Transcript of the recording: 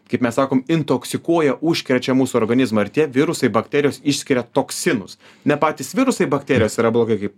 kaip mes sakom intoksikuoja užkrečia mūsų organizmą ir tie virusai bakterijos išskiria toksinus ne patys virusai bakterijos yra blogai kaip